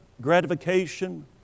gratification